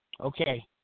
Okay